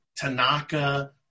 Tanaka